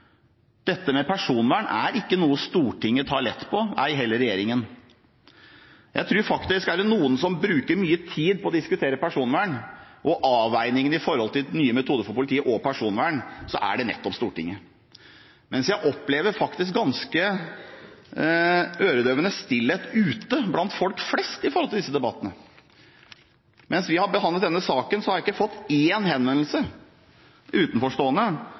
dette gjelder alvorlig kriminalitet, ikke kriminalitet nederst på strafferammestatistikken, for å si det slik. Det skal være kontroll både før og etter. Personvern er ikke noe Stortinget tar lett på, ei heller regjeringen. Er det noen som bruker mye tid på å diskutere personvern og avveiningene rundt nye metoder for politiet og personvern, er det nettopp Stortinget, mens jeg opplever faktisk ganske «øredøvende stillhet» ute blant folk flest rundt disse debattene. Mens vi har behandlet denne saken, har jeg ikke fått én henvendelse